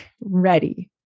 ready